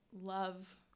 love